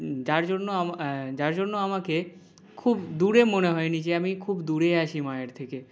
যার জন্য আমা যার জন্য আমাকে খুব দূরে মনে হয় নি যে আমি খুব দূরে আছি মায়ের থেকে